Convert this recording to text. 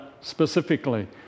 specifically